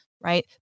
right